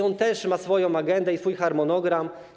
On też ma swoją agendę i swój harmonogram.